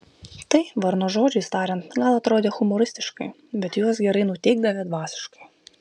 tai varno žodžiais tariant gal atrodę humoristiškai bet juos gerai nuteikdavę dvasiškai